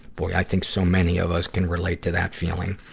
boy, i think so many of us can relate to that feeling.